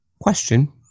question